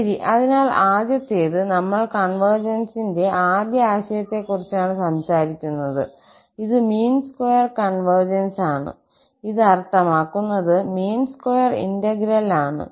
ശരി അതിനാൽ ആദ്യത്തേത് നമ്മൾ കോൺവെർജൻസിന്റെ ആദ്യ ആശയത്തെക്കുറിച്ചാണ് സംസാരിക്കുന്നത് ഇത് മീൻ സ്ക്വയർ കോൺവെർജൻസ് ആണ് ഇത് അർത്ഥമാക്കുന്നത് മീൻ സ്ക്വയർ ഇന്റഗ്രൽ ആണ്